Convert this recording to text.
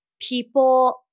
people